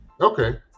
okay